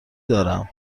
دارم